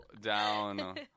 down